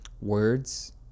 words